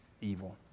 evil